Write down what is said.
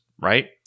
right